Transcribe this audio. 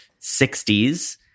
60s